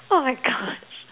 oh my gosh